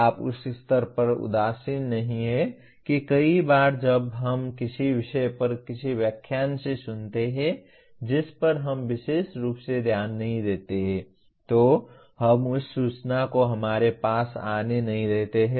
आप उस स्तर पर उदासीन नहीं हैं कि कई बार जब हम किसी विषय पर किसी व्याख्यान में सुनते हैं जिस पर हम विशेष रूप से ध्यान नहीं देते हैं तो हम उस सूचना को हमारे पास आने नहीं देते हैं